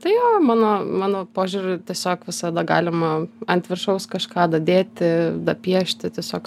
tai va mano mano požiūriu tiesiog visada galima ant viršaus kažką dadėti piešti tiesiog